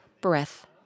breath